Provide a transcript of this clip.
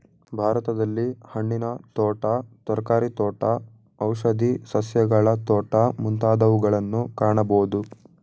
ಭಾರತದಲ್ಲಿ ಹಣ್ಣಿನ ತೋಟ, ತರಕಾರಿ ತೋಟ, ಔಷಧಿ ಸಸ್ಯಗಳ ತೋಟ ಮುಂತಾದವುಗಳನ್ನು ಕಾಣಬೋದು